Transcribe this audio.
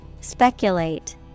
Speculate